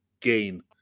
gain